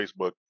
facebook